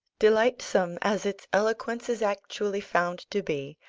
delightsome as its eloquence is actually found to be,